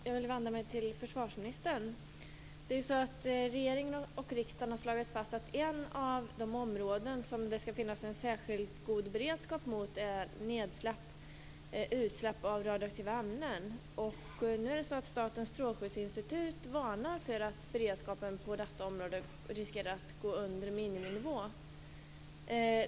Fru talman! Jag vill vända mig till försvarsministern. Regering och riksdag har slagit fast att ett av de områden där vi måste ha en särskilt god beredskap är utsläpp av radioaktiva ämnen. Nu varnar Statens strålskyddsinstitut för att beredskapen på detta område riskerar att gå under miniminivån.